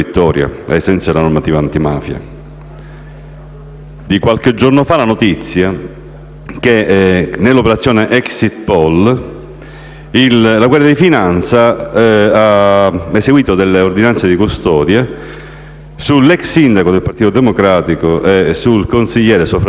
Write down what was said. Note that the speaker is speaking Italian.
di qualche giorno fa la notizia che nell'operazione «Exit poll» la Guardia di Finanza ha eseguito delle ordinanze di custodia sull'ex sindaco del Partito Democratico e sul consigliere suo fratello, Giuseppe Nicosia e Fabio Nicosia,